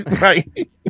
Right